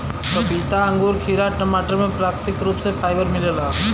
पपीता अंगूर खीरा टमाटर में प्राकृतिक रूप से फाइबर मिलेला